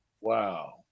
wow